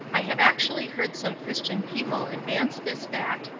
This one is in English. i have actually heard some christian people advance this fact,